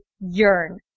yearn